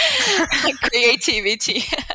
creativity